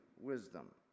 wisdom